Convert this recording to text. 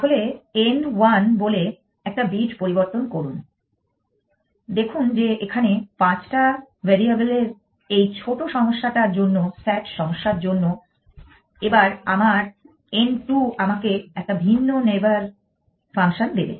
তাহলে n 1 বলে একটা বিট পরিবর্তন করুন দেখুন যে এখানে পাঁচটা ভ্যারিয়েবল এর এই ছোট সমস্যাটার জন্য SAT সমস্যার জন্য এবার আমার n 2 আমাকে একটা ভিন্ন নেইবার ফাংশন দেবে